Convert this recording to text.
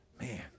Man